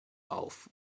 auf